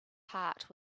heart